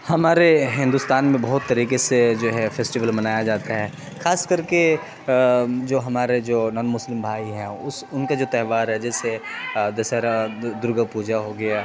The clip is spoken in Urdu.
ہمارے ہندوستان میں بہت طریقے سے جو ہے فیسٹیول منایا جاتا ہے خاص کر کے جو ہمارے جو نان مسلم بھائی ہیں اس ان کا جو تہوار ہے جیسے دسہرا درگا پوجا ہو گیا